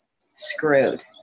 screwed